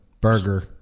Burger